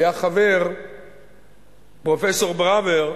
היה חבר פרופסור ברור,